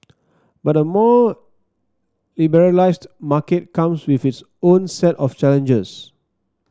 but a more liberalised market comes with its own set of challenges